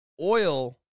oil